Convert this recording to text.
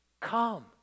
Come